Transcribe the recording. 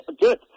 good